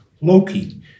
Loki